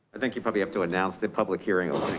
i think you probably have to announce the public hearing.